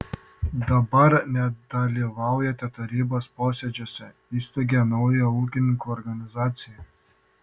dabar nedalyvaujate tarybos posėdžiuose įsteigėte naują ūkininkų organizaciją